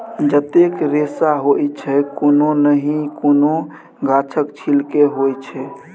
जतेक रेशा होइ छै कोनो नहि कोनो गाछक छिल्के होइ छै